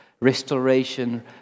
Restoration